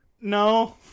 no